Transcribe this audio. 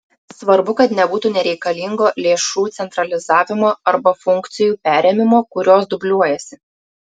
svarbu kad nebūtų nereikalingo lėšų centralizavimo arba funkcijų perėmimo kurios dubliuojasi